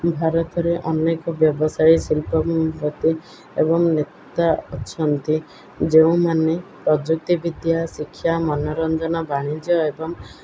ଭାରତରେ ଅନେକ ବ୍ୟବସାୟୀ ଶିଳ୍ପପତି ଏବଂ ନେତା ଅଛନ୍ତି ଯେଉଁମାନେ ପ୍ରଯୁକ୍ତି ବିିଦ୍ୟା ଶିକ୍ଷା ମନୋରଞ୍ଜନ ବାଣିଜ୍ୟ ଏବଂ